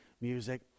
music